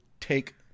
take